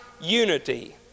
unity